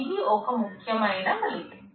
ఇది ఒక ముఖ్యమైన ఫలితం